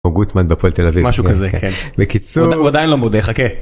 או גוטמן בהפועל תל אביב. משהו כזה, כן. בקיצור... הוא עדיין לא מודה, חכה.